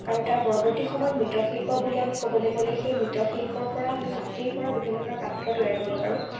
আৰু তাৰ পৰৱৰ্তী সময়ত মৃৎশিল্প বুলি আমি ক'বলৈ গ'লে সেই মৃৎশিল্পৰ পৰা আমি মাটিৰ পৰা বিভিন্ন ধৰণৰ পাত্ৰ তৈয়াৰ কৰিব পাৰোঁ